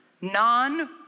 non